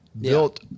built